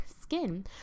skin